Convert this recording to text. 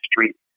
streets